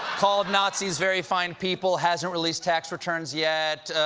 called nazis very fine people, hasn't released tax returns yet,